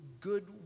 good